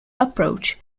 approach